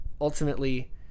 ultimately